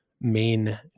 main